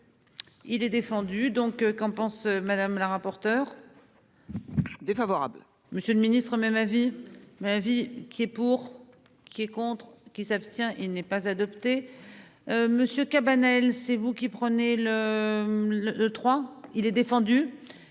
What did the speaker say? Il est défendu donc qu'en pense Madame la rapporteure. Défavorable. Monsieur le Ministre même ma vie ma vie qui est pour. Qui est contre qui s'abstient. Il n'est pas adopté. Monsieur Cabanel, c'est vous qui prenez-le. Le trois, il est défendu.